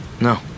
No